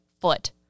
foot